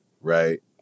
right